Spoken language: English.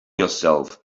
yourself